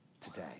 today